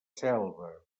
selva